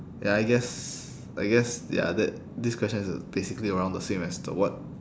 ya I guess I guess ya that this question is uh basically around the same as the what